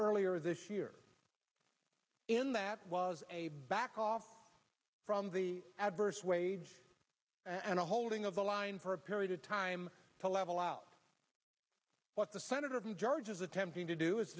earlier this year in that was back from the average wage and holding of the line for a period of time to level out what the senator from georgia is attempting to do is